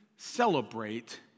celebrate